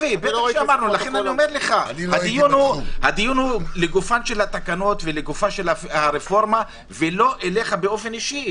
לכן אני אומר - הדיון הוא לגופם של התקנות והרפורמה ולא אליך אישית.